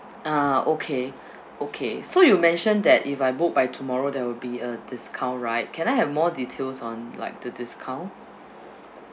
ah okay okay so you mentioned that if I book by tomorrow there will be a discount right can I have more details on like the discount